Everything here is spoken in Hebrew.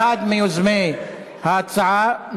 אחד מיוזמי ההצעה,